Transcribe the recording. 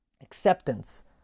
acceptance